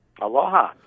Aloha